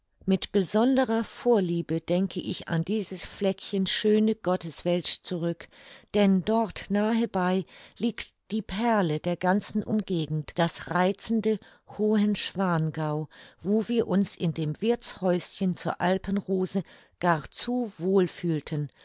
mit besonderer vorliebe denke ich an dies fleckchen schöne gotteswelt zurück denn dort nahebei liegt die perle der ganzen umgegend das reizende hohenschwangau wo wir uns in dem wirthshäuschen zur alpenrose gar zu wohl fühlten